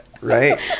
Right